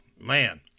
man